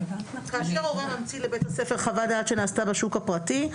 "כאשר הורה ממציא לבית הספר חוות דעת שנעשתה בשוק הפרטי,